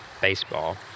baseball